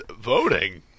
Voting